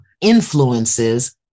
influences